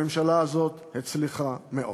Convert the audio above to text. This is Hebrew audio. הממשלה הזאת הצליחה מאוד.